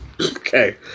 Okay